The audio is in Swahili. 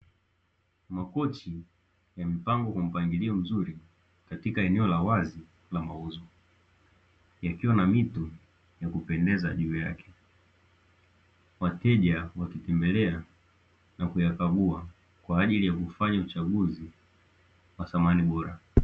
Makochi, yamepangwa kwa mpangilio mzuri katika eneo la wazi la mauzo, ikiwa na mito ya kupendeza juu yake. Wateja wakitembelea na kuyakagua kwa ajili ya kufanya uchaguzi wa samani bora.